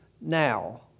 now